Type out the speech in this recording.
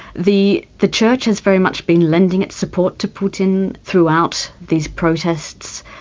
the the church has very much been lending its support to putin throughout these protests.